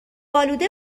آلوده